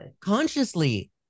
consciously